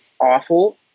awful